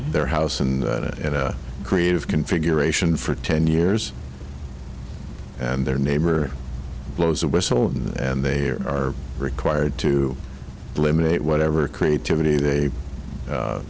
their house and creative configuration for ten years and their neighbor blows the whistle and they are required to eliminate whatever creativity they